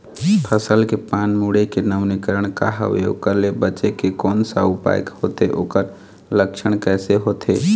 फसल के पान मुड़े के नवीनीकरण का हवे ओकर ले बचे के कोन सा उपाय होथे ओकर लक्षण कैसे होथे?